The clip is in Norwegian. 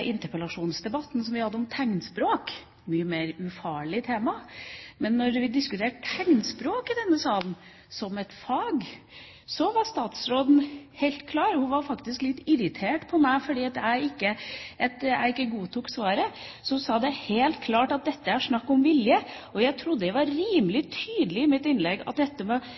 interpellasjonsdebatt jeg lette fram, som gjaldt tegnspråk – et mye mer ufarlig tema. Men da vi diskuterte tegnspråk som et fag i denne salen, var statsråden helt klar. Hun var faktisk litt irritert på meg for at jeg ikke godtok svaret. Hun sa: «Det er helt klart at det er snakk om vilje, og jeg trodde jeg var rimelig tydelig i mitt første innlegg